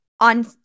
on